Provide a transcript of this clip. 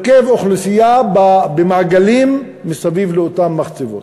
הרכב האוכלוסייה במעגלים מסביב לאותן מחצבות.